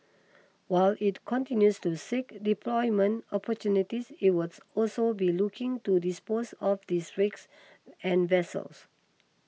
while it continues to seek deployment opportunities it was also be looking to dispose of these rigs and vessels